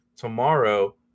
tomorrow